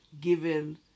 given